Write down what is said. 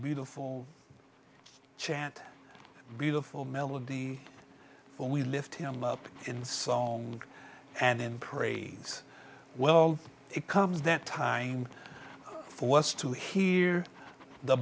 beautiful chant beautiful melody when we lift him up in song and in parades well it comes that time for us to hear the